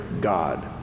God